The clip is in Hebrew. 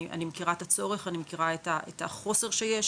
אני מכירה את הצורך, אני מכירה את החוסר שיש.